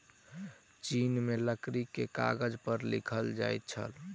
चीन में लकड़ी के कागज पर लिखल जाइत छल